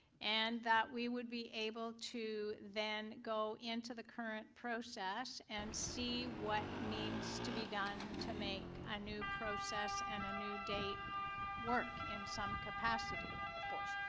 and that we would be able to then go into the current process and see what needs to be done to make a new process and a new date work in some capacity. of course.